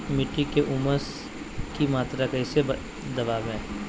मिट्टी में ऊमस की मात्रा कैसे बदाबे?